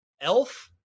Elf